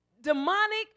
demonic